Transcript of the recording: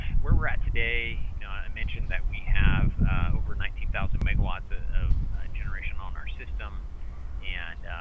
where we're at today you know i mentioned that we have over nineteen thousand megawatts ah of generation on our system and